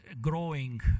growing